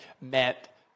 met